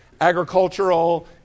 agricultural